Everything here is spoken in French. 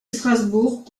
strasbourg